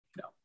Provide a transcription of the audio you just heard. no